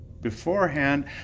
beforehand